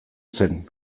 zen